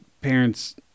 parents